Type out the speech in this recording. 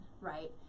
right